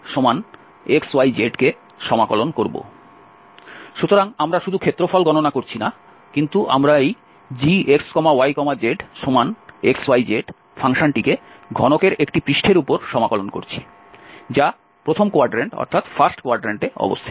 সুতরাং আমরা শুধু ক্ষেত্রফল গণনা করছি না কিন্তু আমরা এই gxyzxyz ফাংশনটিকে ঘনকের একটি পৃষ্ঠের উপর সমাকলন করছি যা প্রথম কোয়াড্রেন্ট এ অবস্থিত